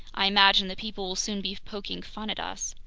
i imagine that people will soon be poking fun at us!